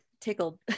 tickled